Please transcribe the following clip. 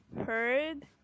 heard